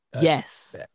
yes